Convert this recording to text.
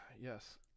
yes